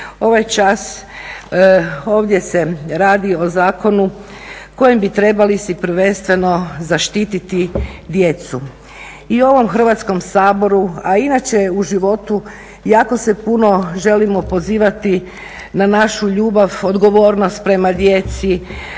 Ovaj čas ovdje se radi o zakonu kojem bi trebali se prvenstveno zaštititi djecu. I ovom Hrvatskom saboru, a i inače u životu jako se puno želimo pozivati na našu ljubav, odgovornost prema djeci,